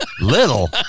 Little